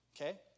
Okay